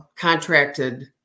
contracted